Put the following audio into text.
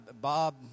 Bob